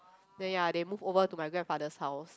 ya ya they move over to my grandfather's house